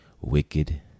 Wicked